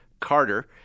Carter